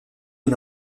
une